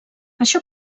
això